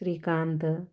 Shrikant